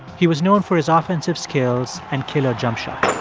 he was known for his offensive skills and killer jump shots